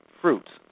Fruits